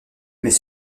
mais